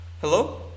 Hello